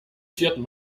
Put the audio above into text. vierten